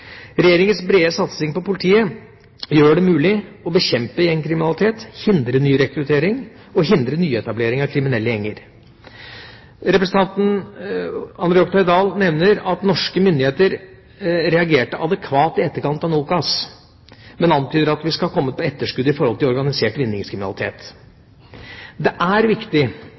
Regjeringas brede satsing på politiet gjør det mulig å bekjempe gjengkriminalitet, hindre nyrekruttering og hindre nyetablering av kriminelle gjenger. Representanten André Oktay Dahl nevner at norske myndigheter «reagerte adekvat i etterkant av NOKAS», men antyder at vi skal ha kommet på etterskudd i forhold til organisert vinningskriminalitet. Det er viktig